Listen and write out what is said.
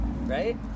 Right